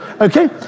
Okay